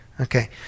Okay